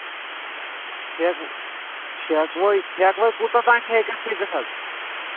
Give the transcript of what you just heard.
ٹھیکہٕ ٹھیکہٕ وَے ٹھیکہٕ وَے کوٗتاہ تام ہٮ۪کہِ اَتھ کھٔسِتھ حظ